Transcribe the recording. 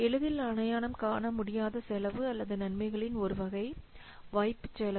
எளிதில் அடையாளம் காண முடியாத செலவு அல்லது நன்மைகளின் ஒரு வகை வாய்ப்பு செலவு